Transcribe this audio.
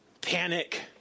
panic